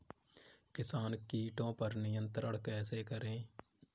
किसान कीटो पर नियंत्रण कैसे करें?